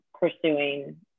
pursuing